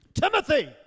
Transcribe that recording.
Timothy